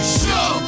show